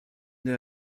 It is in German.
der